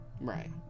Right